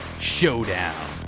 Showdown